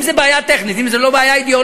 אם זו בעיה טכנית, אם זו לא בעיה אידיאולוגית.